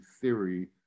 theory